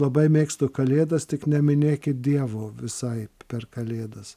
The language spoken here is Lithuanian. labai mėgstu kalėdas tik neminėkit dievo visai per kalėdas